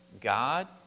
God